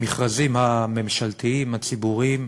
במכרזים הממשלתיים הציבוריים,